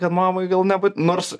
kad mamai gal nebūt nors